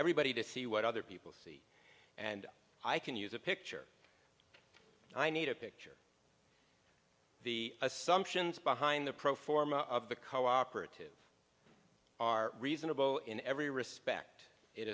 everybody to see what other people see and i can use a picture i need a picture the assumptions behind the pro forma of the co operative are reasonable in every respect it